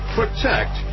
protect